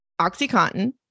OxyContin